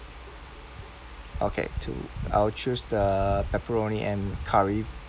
okay two I will choose the pepperoni and curry